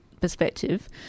perspective